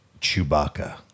Chewbacca